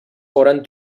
foren